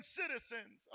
citizens